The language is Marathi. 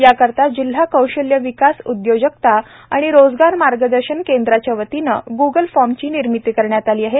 याकरिता जिल्हा कौशल्य विकास उद्योजकता व रोजगार मार्गदर्शन केंद्राच्यावतीने ग्गल फॉर्मची निर्मिती करण्यात आली आहे